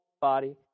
body